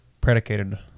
predicated